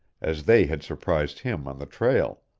as they had surprised him on the trail.